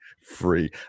Free